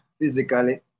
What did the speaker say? physically